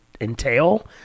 entail